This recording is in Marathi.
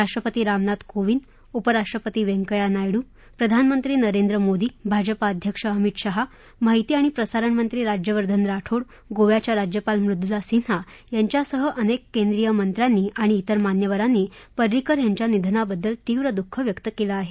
राष्ट्रपती रामनाथ कोविंद उपराष्ट्रपती व्यंकव्या नायडू प्रधानमंत्री नरेंद्र मोदी भाजपा अध्यक्ष अमित शहा माहिती आणि प्रसारणमंत्री राज्यवर्धन राठोड गोव्याच्या राज्यपाल मृदुला सिन्हा यांच्यासह अनेक केंद्रीय मंत्र्यांनी आणि इतर मान्यवरांनी परिंकर यांच्या निधनाबद्दल तीव्र दुःख व्यक्त केलं आहे